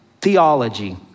theology